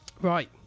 Right